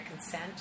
consent